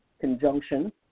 conjunction